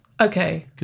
Okay